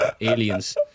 Aliens